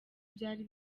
byari